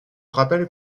rappel